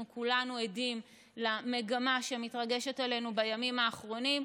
אנחנו כולנו עדים למגמה שמתרגשת עלינו בימים האחרונים.